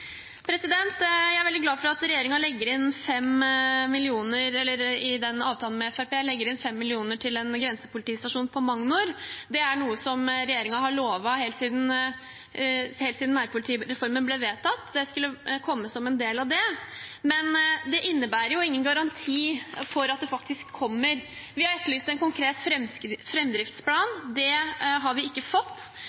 Jeg er veldig glad for at regjeringen i avtalen med Fremskrittspartiet legger inn 5 mill. kr til en grensepolitistasjon på Magnor. Det er noe regjeringen har lovet helt siden nærpolitireformen ble vedtatt, og som skulle komme som en del av den. Men det innebærer ingen garanti for at det faktisk kommer. Vi har etterlyst en konkret